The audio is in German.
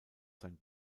sein